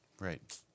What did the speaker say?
Right